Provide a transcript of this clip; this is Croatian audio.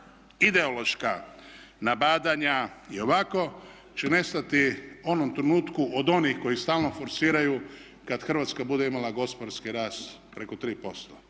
ideološka nabadanja i ovako će nestati u onom trenutku od onih koji stalno forsiraju kada Hrvatska bude imala gospodarski rast preko 3%,